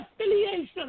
affiliation